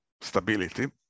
stability